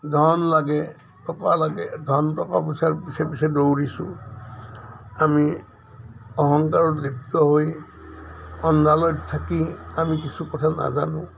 ধন লাগে টকা লাগে ধন টকা পইচাৰ পিছে পিছে দৌৰিছোঁ আমি অহংকাৰৰ দৰ্প লৈ আন্ধাৰত থাকি আমি কিছু কথা নাজানো